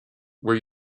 were